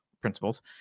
principles